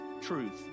truth